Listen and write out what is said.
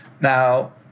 Now